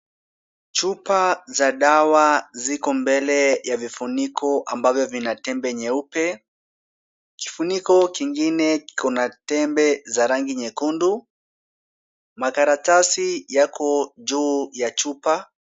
Chupa za dawa ziko mbele ya vifuniko ambavyo vina tembe nyeupe. Kifuniko kingine kiko na tembe za rangi nyekundu ,karatasi ziko juu ya chupa.